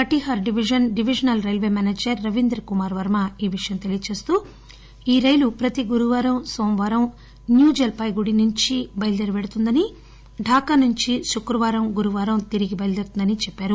Katihar division divisional railway manager Ravindra Kumar Varma ఈ విషయం తెలియజేస్తూ ఈ రైలు ప్రతి గురువారం నోమవారం న్యూ జల్పాయిగురి నుంచి బయల్దేరి వెడుతుందని ఢాకా నుంచి శుక్రవారం గురువారం తిరిగి వస్తుందని చెప్పారు